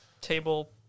table